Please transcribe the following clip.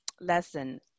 lesson